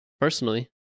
personally